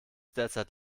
derzeit